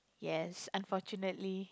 yes unfortunately